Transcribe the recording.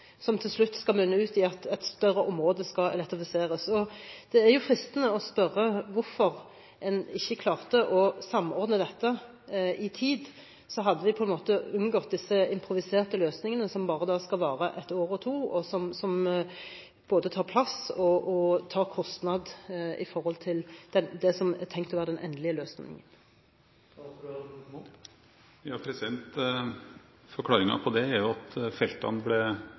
som til slutt skal munne ut i at et større område skal elektrifiseres. Det er jo fristende å spørre hvorfor man ikke klarte å samordne dette i tid, slik at vi hadde unngått disse improviserte løsningene som bare skal vare ett og to år, og som tar plass og er kostbare sammenliknet med det som er tenkt å skulle være den endelige løsningen. Forklaringen på det er at feltene ble